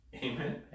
Amen